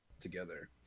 together